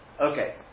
Okay